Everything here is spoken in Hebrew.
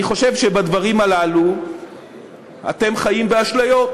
אני חושב שבדברים הללו אתם חיים באשליות.